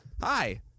hi